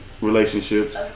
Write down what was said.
relationships